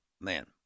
man